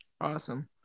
awesome